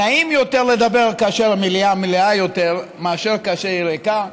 נעים לדבר כאשר המליאה מלאה יותר מאשר כאשר היא ריקה.